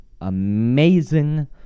amazing